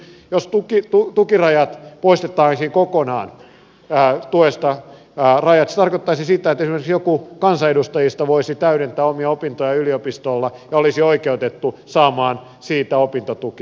jos tukirajat poistettaisiin kokonaan tuesta rajat se tarkoittaisi sitä että esimerkiksi joku kansanedustajista voisi täydentää omia opintojaan yliopistolla ja olisi oikeutettu saamaan siitä opintotukea